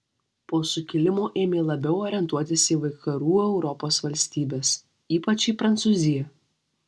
po sukilimo ėmė labiau orientuotis į vakarų europos valstybes ypač į prancūziją